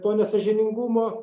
to nesąžiningumo